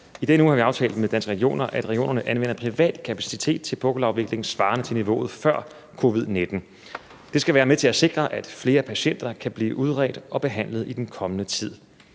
uge har vi aftalt med Danske Regioner, at regionerne anvender privat kapacitet til pukkelafviklingen svarende til niveauet før covid-19. Det skal være med til at sikre, at flere patienter kan blive udredt og behandlet i den kommende tid.